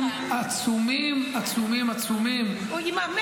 באחוזים עצומים עצומים -- 100 חיילי מג"ב יקבלו היום מכות,